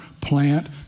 plant